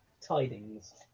tidings